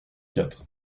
quatre